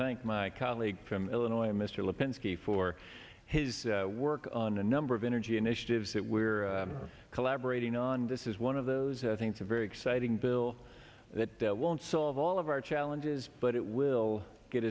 thank my colleague from illinois mr lipinski for his work on a number of energy initiatives that we're collaborating on this is one of those things a very exciting bill that won't solve all of our challenges but it will get